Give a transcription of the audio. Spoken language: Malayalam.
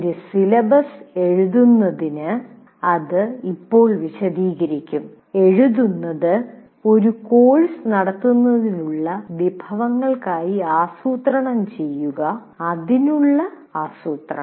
ഒരു സിലബസ് എഴുതുന്നത് അത് ഇപ്പോൾ വിശദീകരിക്കും ഒരു കോഴ്സ് നടത്തുന്നതിനുള്ള വിഭവങ്ങൾക്കായി ആസൂത്രണം ചെയ്യുക അതിനുള്ള ആസൂത്രണം